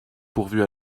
pourvue